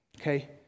okay